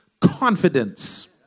confidence